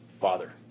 father